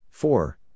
four